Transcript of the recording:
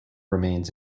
remains